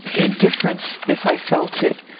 indifference, if i felt it,